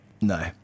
No